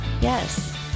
Yes